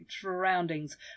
surroundings